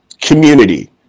Community